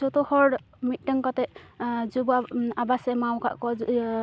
ᱡᱚᱛᱚᱦᱚᱲ ᱢᱤᱫᱴᱟᱝ ᱠᱟᱛᱮᱫ ᱟᱵᱟᱥᱼᱮ ᱮᱢᱟᱣ ᱟᱠᱟᱫ ᱠᱚᱣᱟ